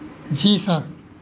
जी sir